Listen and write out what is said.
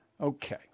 Okay